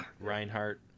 Reinhardt